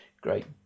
great